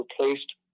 replaced